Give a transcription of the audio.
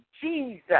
Jesus